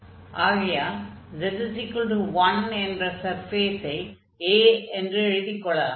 ஆகையால் z1 என்ற சர்ஃபேஸை A என்று எழுதிக் கொள்ளலாம்